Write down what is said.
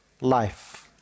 life